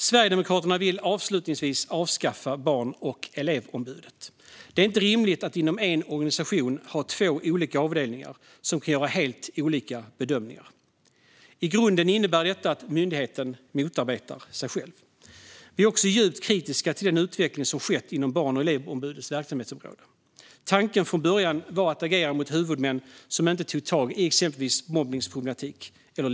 Sverigedemokraterna vill avslutningsvis avskaffa Barn och elevombudet. Det är inte rimligt att inom en organisation ha två olika avdelningar som kan göra helt olika bedömningar. I grunden innebär detta att myndigheten motarbetar sig själv. Vi är också djupt kritiska till den utveckling som skett inom Barn och elevombudets verksamhetsområde. Tanken från början var att agera mot huvudmän som inte tog tag i exempelvis mobbningsproblem.